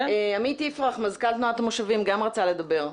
עמית יפרח, מזכ"ל תנועת המושבים גם רצה לדבר,